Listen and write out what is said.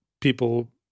people